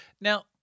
Now